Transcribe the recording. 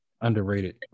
Underrated